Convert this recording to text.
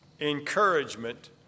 encouragement